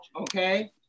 okay